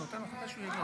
תמנו שטה,